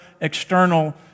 external